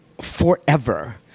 forever